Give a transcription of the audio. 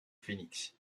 phoenix